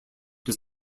does